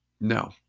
No